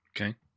okay